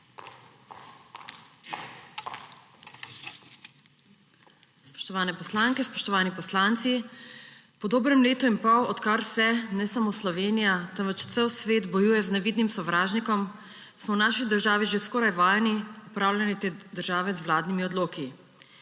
Spoštovane poslanke, spoštovani poslanci! Po dobrem letu in pol, odkar se ne samo Slovenija, temveč cel svet bojuje z nevidnim sovražnikom, smo v naši državi že skoraj vajeni upravljanja te države z vladnimi odloki;